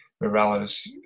Morales